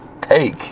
take